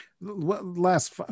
Last